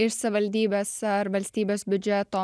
iš savivaldybės ar valstybės biudžeto